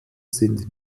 sind